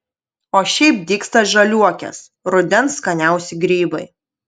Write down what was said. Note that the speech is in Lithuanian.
o šiaip dygsta žaliuokės rudens skaniausi grybai